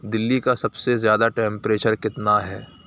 دلی کا سب سے زیادہ ٹیمپریچر کتنا ہے